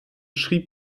schrieb